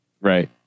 Right